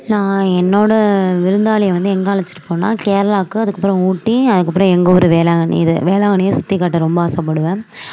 நான் என்னோட விருந்தாளியை வந்து எங்கே அழைச்சிட்டு போனோன்னா கேரளாவுக்கு அதுக்கு அப்புறம் ஊட்டி அதுக்கு அப்புறம் எங்கள் ஊர் வேளாங்கண்ணி இது வேளாங்கண்ணிய சுற்றி காட்ட ரொம்ப ஆசைப்படுவேன்